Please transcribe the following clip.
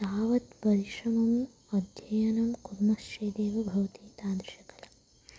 तावत् परिश्रमम् अध्ययनं कुर्मश्चेदेव भवति तादृशी कला